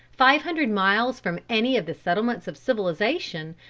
five hundred miles from any of the settlements of civilization,